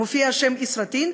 מופיע השם "ישראטין",